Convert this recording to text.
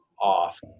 off